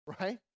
right